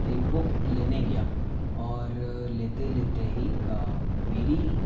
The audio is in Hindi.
एक बुक लेने गया और लेते लेते ही मेरी